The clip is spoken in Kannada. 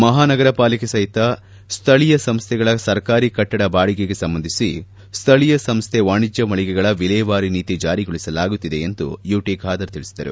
ಮಹಾನಗರ ಪಾಲಿಕೆ ಸಹಿತ ಸ್ವಳೀಯ ಸಂಸ್ಥೆಗಳ ಸರ್ಕಾರಿ ಕಟ್ಟಡ ಬಾಡಿಗೆಗೆ ಸಂಬಂಧಿಸಿ ಸ್ವಳೀಯ ಸಂಸ್ಥೆ ವಾಣಿಜ್ಞ ಮಳಿಗೆಗಳ ವಿಲೇವಾರಿ ನೀತಿ ಜಾರಿಗೊಳಿಸಲಾಗುತ್ತಿದೆ ಎಂದು ತಿಳಿಸಿದರು